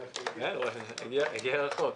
הוא הגיע רחוק.